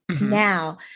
now